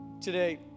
Today